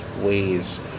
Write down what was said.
ways